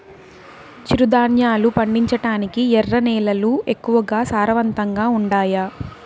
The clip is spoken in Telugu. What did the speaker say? చిరుధాన్యాలు పండించటానికి ఎర్ర నేలలు ఎక్కువగా సారవంతంగా ఉండాయా